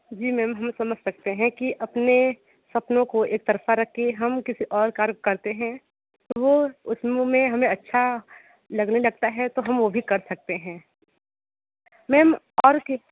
जी ma'am हम समझ सकते हैं कि अपने सपनों को एक तरफ़ा रख के हम किसी और कार्य करते हैं और वो उस मूव में हमें अच्छा लगने लगता है तो हम वो भी कर सकते हैं मैम और किस